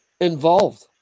involved